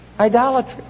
Idolatry